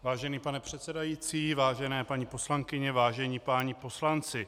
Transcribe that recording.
Vážený pane předsedající, vážené paní poslankyně, vážení páni poslanci.